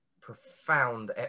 profound